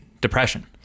depression